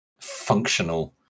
functional